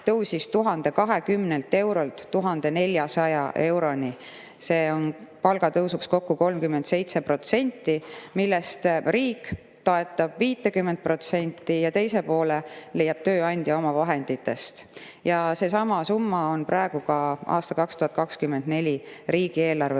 tõusis 1020 eurolt 1400 euroni. See on palgatõusuks kokku 37%, millest riik toetab 50% ja teise poole leiab tööandja oma vahenditest. Seesama summa on praegu ka 2024. aasta riigieelarve